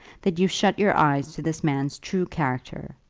that you shut your eyes to this man's true character.